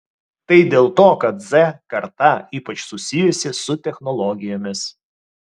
tai dėl to kad z karta ypač susijusi su technologijomis